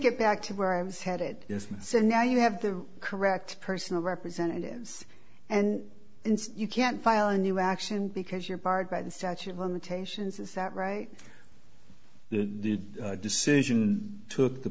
get back to where i was headed yes so now you have the correct personal representatives and it's you can't file a new action because you're barred by the statute of limitations is that right the decision took the